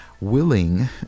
willing